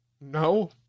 No